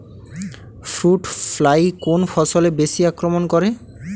Fruit fly কোন ফসলে বেশি আক্রমন করে?